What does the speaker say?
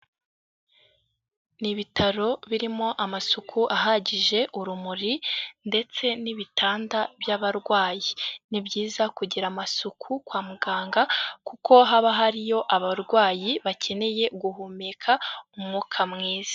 Ni ibitaro birimo amasuku ahagije, urumuri ndetse n'ibitanda by'abarwayi. Ni byiza kugira amasuku kwa muganga kuko haba hariyo abarwayi bakeneye guhumeka umwuka mwiza.